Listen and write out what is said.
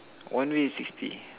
one way is sixty